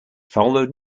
followed